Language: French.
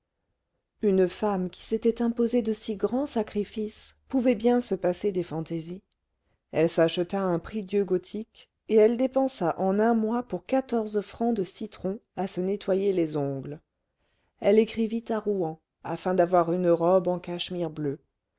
une femme qui s'était imposé de si grands sacrifices pouvait bien se passer des fantaisies elle s'acheta un prie-dieu gothique et elle dépensa en un mois pour quatorze francs de citrons à se nettoyer les ongles elle écrivit à rouen afin d'avoir une robe en cachemire bleu